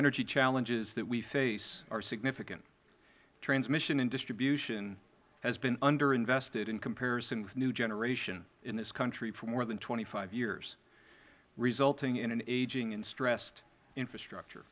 energy challenges that we face are significant transmission and distribution have been under invested in comparison with new generation in this country for more than twenty five years resulting in an aging and stressed infrastructure